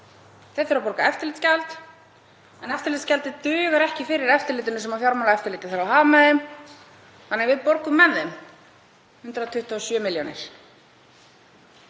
Þeir þurfa að borga eftirlitsgjald en eftirlitsgjaldið dugar ekki fyrir eftirlitinu sem fjármálaeftirlitið þarf að hafa með þeim þannig að við borgum með þeim, 127 milljónir.